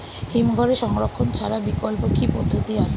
হিমঘরে সংরক্ষণ ছাড়া বিকল্প কি পদ্ধতি আছে?